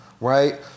right